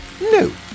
no